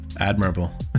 Admirable